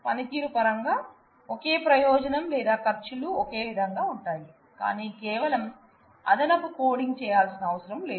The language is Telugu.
పనితీరు పరంగా ఒకే ప్రయోజనం లేదా ఖర్చులు ఓకే విధంగా ఉంటాయి కానీ కేవలం అదనపు కోడింగ్ చేయాల్సిన అవసరం లేదు